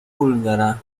búlgara